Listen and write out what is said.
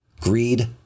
Greed